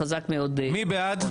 מי בעד?